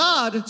God